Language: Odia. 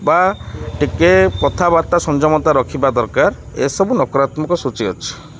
ବା ଟିକେ କଥାବାର୍ତ୍ତା ସଂଯମତା ରଖିବା ଦରକାର ଏସବୁ ନକାରାତ୍ମକ ସୂଚି ଅଛି